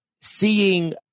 Seeing